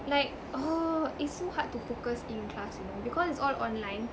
like ugh it's so hard to focus in class you know because it's all online